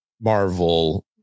Marvel